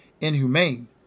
inhumane